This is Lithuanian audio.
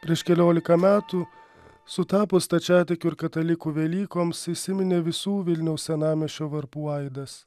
prieš keliolika metų sutapus stačiatikių ir katalikų velykoms įsiminė visų vilniaus senamiesčio varpų aidas